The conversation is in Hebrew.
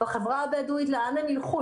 בחברה הבדואית, לאן הם ילכו?